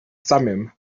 thummim